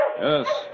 Yes